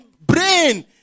brain